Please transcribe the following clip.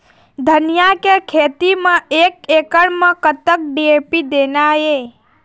धनिया के खेती म एक एकड़ म कतक डी.ए.पी देना ये?